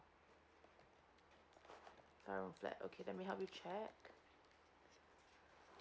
four room flat okay let me help you check